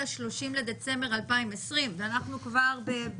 30 בדצמבר 2020. אנחנו עכשיו כבר ביולי.